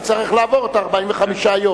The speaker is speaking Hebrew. הוא צריך לעבור את 45 הימים